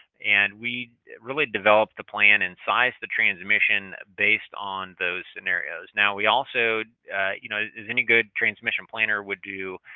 and we really developed the plan and sized the transmission based on those scenarios. now, we also you know as any good transmission planner would do,